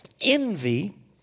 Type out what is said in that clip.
Envy